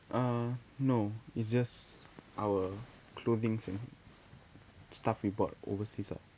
uh no it's just our clothings and stuff we bought overseas lah